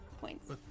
points